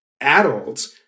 adults